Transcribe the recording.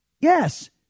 Yes